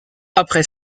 après